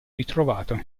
ritrovato